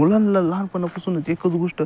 मुलांला लहानपणापासूनच एकच गोष्ट